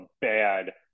bad